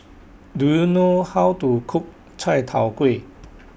Do YOU know How to Cook Chai Tow Kway